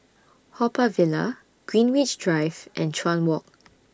Haw Par Villa Greenwich Drive and Chuan Walk